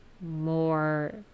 more